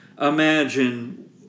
imagine